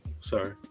sorry